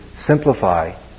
simplify